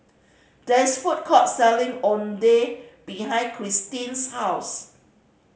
there is food court selling Oden behind Christin's house